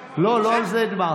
לא, לא על זה אמרתי.